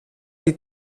die